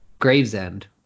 Gravesend